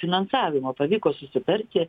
finansavimo pavyko susitarti